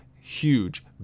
huge